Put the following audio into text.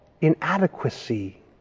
inadequacy